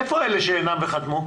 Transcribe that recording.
איפה אלה שאינם וחתמו?